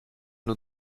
nos